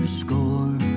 score